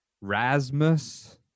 Rasmus